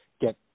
get